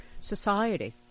society